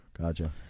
gotcha